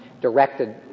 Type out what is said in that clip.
directed